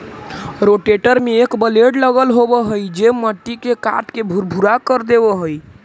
rotator में एक blade लगल होवऽ हई जे मट्टी के काटके भुरभुरा कर देवऽ हई